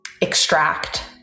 extract